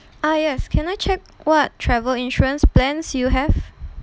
ah yes can I check what travel insurance plans you have